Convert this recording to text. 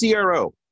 CRO